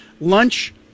lunch